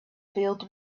filled